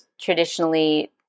traditionally